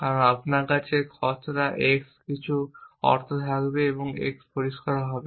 কারণ আপনার কাছে খসড়া x কিছু অর্থ থাকবে এবং x পরিষ্কার হবে